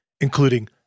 including